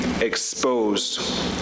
exposed